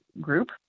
group